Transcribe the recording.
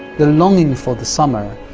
the longing for the summer,